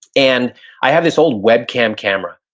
and i have this old web cam camera.